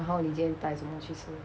然后你今天带什么去吃